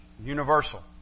Universal